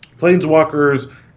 Planeswalkers